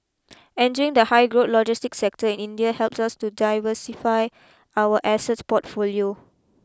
entering the high growth logistics sector in India helps us to diversify our asset portfolio